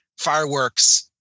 fireworks